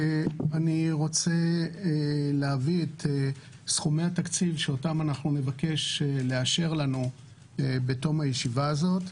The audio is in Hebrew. אני רוצה להביא את סכומי התקציב שאותם נבקש לאשר לנו בתום הישיבה הזאת.